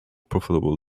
profitable